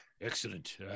Excellent